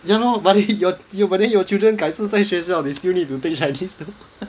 you know but it your your but then your children 改次在学校 they still need to take chinese